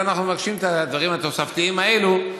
אז אנחנו מבקשים את הדברים התוספתיים האלה,